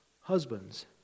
Husbands